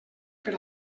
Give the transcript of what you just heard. per